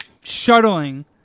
shuttling